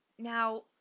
Now